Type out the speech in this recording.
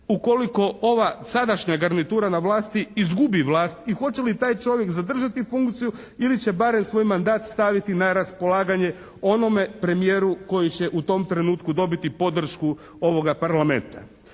ukoliko ova sadašnja garnitura na vlasti izgubi vlast i hoće li taj čovjek zadržati funkciju ili će barem svoj mandat staviti na raspolaganje onome premijeru koji će u tom trenutku dobiti podršku ovoga Parlamenta.